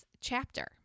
chapter